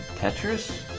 tetris